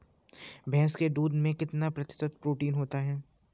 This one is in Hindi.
भैंस के दूध में कितना प्रतिशत प्रोटीन होता है?